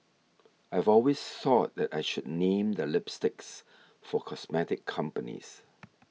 I've always thought that I should name the lipsticks for cosmetic companies